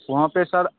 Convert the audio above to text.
वहाँ पर सर